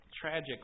Tragic